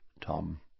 Tom